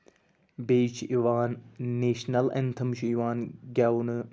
بیٚیہِ چھِ یِوان نیشنَل ایٚنتھم چھُ یِوان گٮ۪ونہٕ